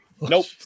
Nope